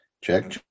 Check